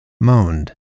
moaned